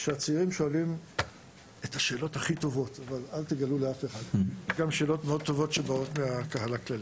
שהצעירים שואלים את השאלות הכי טובות ויש גם שאלות שבאות מהקהל הכללי.